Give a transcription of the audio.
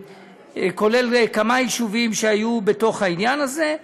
כולל כמה יישובים שהיו בתוך העניין הזה,